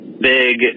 big